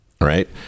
right